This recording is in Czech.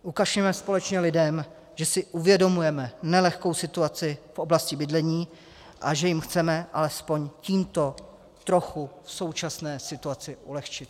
Ukažme společně lidem, že si uvědomujeme nelehkou situaci v oblasti bydlení a že jim chceme alespoň tímto trochu v současné situaci ulehčit.